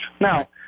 Now